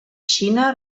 xina